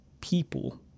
people